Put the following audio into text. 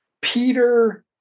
Peter